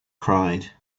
cried